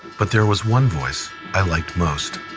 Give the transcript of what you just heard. but there was one voice i liked most.